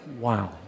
Wow